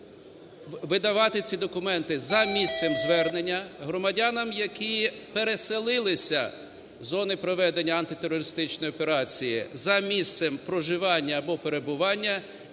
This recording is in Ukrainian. видавати ці документи за місцем звернення; громадянам, які переселилися з зони проведення антитерористичної операції, за місцем проживання або перебування.